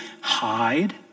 hide